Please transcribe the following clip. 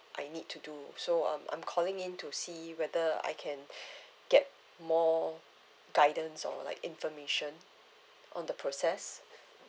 I need to do so um I'm calling in to see whether I can get more guidance or like information on the process